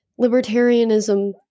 libertarianism